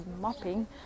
mopping